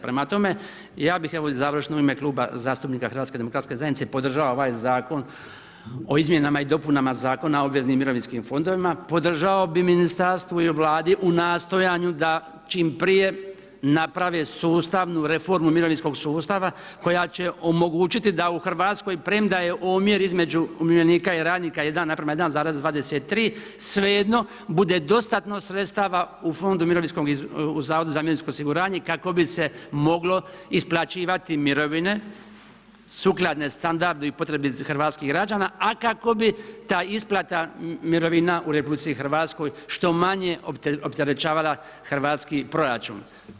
Prema tome, ja bih evo završno u ime Kluba zastupnika HDZ-a podržao ovaj zakon o izmjenama i dopunama Zakona o obveznim mirovinskim fondovima, podržao bi ministarstvo i u Vladi u nastojanju da čim prije napravi sustavnu reformu mirovinskog sustava koja će omogućiti da u Hrvatskoj premda je omjer između umirovljenika i radnika 1:1,23, svejedno bude dostatno sredstava u fondu mirovinskom u HZMO-u kako bi se moglo isplaćivati mirovine sukladno standardu i potrebi hrvatskih građana a kako bi ta isplata mirovina u RH što manje opterećivala hrvatski proračun.